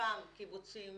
חלקם קיבוצים